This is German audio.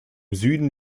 süden